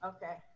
Okay